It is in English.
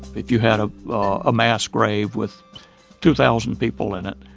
if you had a ah mass grave with two thousand people in it,